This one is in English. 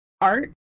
Art